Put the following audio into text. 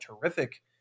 terrific